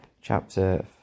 chapter